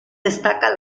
destaca